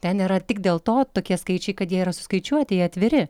ten yra tik dėl to tokie skaičiai kad jie yra suskaičiuoti jie atviri